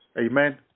amen